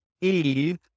Eve